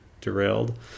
derailed